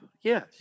Yes